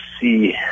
see